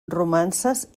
romances